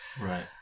right